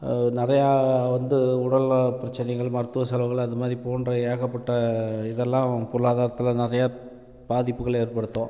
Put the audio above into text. நிறையா வந்து உடல் நலப்பிரச்சனைகள் மருத்துவ செலவுகள் அந்த மாதிரி போன்ற ஏகப்பட்ட இதெல்லாம் பொருளாதாரத்தில் நிறையா பாதிப்புகளை ஏற்படுத்தும்